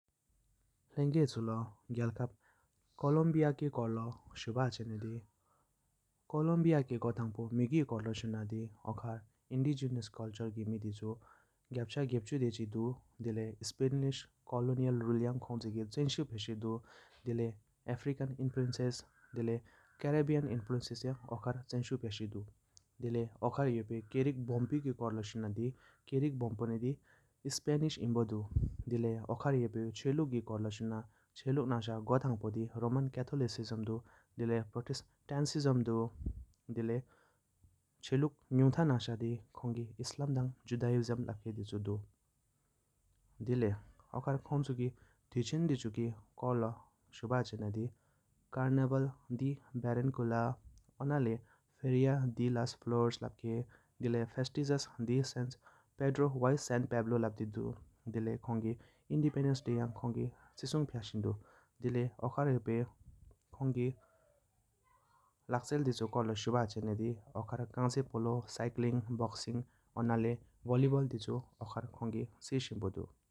ལེང་གཡེ་ཆུ་ལོ་རྒྱལ་ཁབ། ཀོ་ལོམ་བྷི་ཀི་སྐོར་ལོ་ཤུ་བ་ཅན་ནེ་དི་ཀོ་ལོམ་བྷི་ཀི་གོ་དང་པོ་སྨི་གི་སྐོར་ལོ་ཤུ་ན་འོ་ཁར་ དི་ང་ཆུར་མི་འདི་ཚོ། སི་པ་ནིཤ་ ཀོ་ལི་ནི་ཡལ་ རུལ་ཀི་ཡང་ཅན་ཞུགས་ཞུགས་ཀྱི་ན་་སྒྲིགས་དི་ལགས། འོ་ཁར་ཀི་ཁལ་འོས་སྨི་ལོ་ གི་འགུ་ཚང་གསུམ་བདེ་དི། སྡིལ་འཡེ་སིང་ལོ་ཚུག་ཚེ་ཚོང་ཏེ་ཤུག་ལར་མུ་ནས་ཛི་དང་ཇི་་དུའ་ཚི་ཡི་ལོ་ཆུ་བོ། སྡིལ་འཡེ་སིང་མོས་ཁྱོང་ཁྱང་ཁྱ་འོ་ཁྱ་ང་ཆེ་འགོ་ནེ་བོ་ཕོལ་ལྷོ་ལས་རྒྱིས་ཁོ་ཚོས་ལུ་ཆོག་ཚི་་ང་རྨ་ཚབ་ཟང་ལགར་སྨི་།